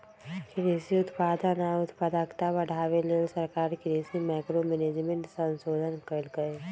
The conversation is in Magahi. कृषि उत्पादन आ उत्पादकता बढ़ाबे लेल सरकार कृषि मैंक्रो मैनेजमेंट संशोधन कएलक